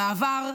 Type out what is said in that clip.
המעבר,